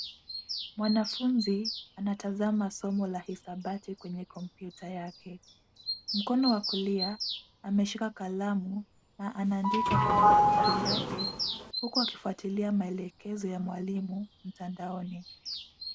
Mwanafunzi anatazama somo la hesabati kwenye kompyuta yake mkono wa kulia ameshika kalamu na anaandika kwenye daftari lake huku akifwatilia maelegezo ya mwalimu mtandaoni.